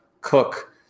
Cook